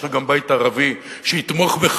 יש לך גם בית ערבי שיתמוך בך,